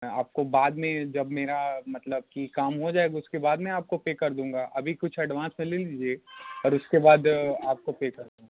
आपको बाद में जब मेरा मतलब की काम हो जाएगा उसके बाद में आपको पे कर दूँगा अभी कुछ एडवांस में ले लीजिए और उसके बाद आपको पे कर दूँगा